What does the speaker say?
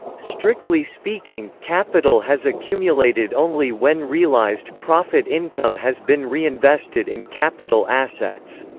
strictly speaking, capital has accumulated only when realised profit income has been reinvested in capital assets.